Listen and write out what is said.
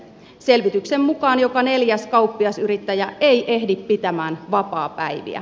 selvityksen mukaan joka neljäs kauppiasyrittäjä ei ehdi pitämään vapaapäiviä